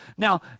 Now